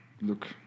look